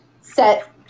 set